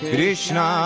Krishna